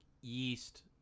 yeast